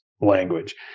language